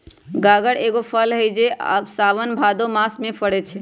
गागर एगो फल हइ जे साओन भादो मास में फरै छै